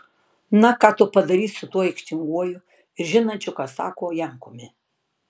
na ką tu padarysi su tuo aikštinguoju ir žinančiu ką sako jankumi